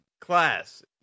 class